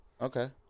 Okay